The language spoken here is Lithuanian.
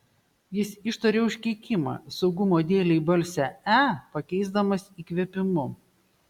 jis ištarė užkeikimą saugumo dėlei balsę e pakeisdamas įkvėpimu